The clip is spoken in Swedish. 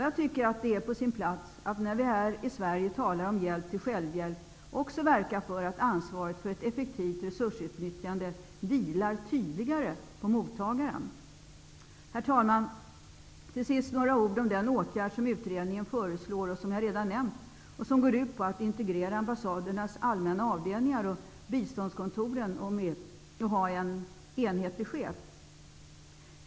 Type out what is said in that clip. Jag tycker att det är på sin plats att vi i Sverige, när vi talar om hjälp till självhjälp, också verkar för att ansvaret för ett effektivt resursutnyttjande tydligare vilar på mottagaren. Herr talman! Till sist några ord om den åtgärd som utredningen föreslår och som jag redan nämnt. Åtgärden går ut på att integrera ambassadernas allmänna avdelningar och biståndskontoren och att ha en enhetlig chef.